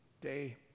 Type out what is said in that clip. day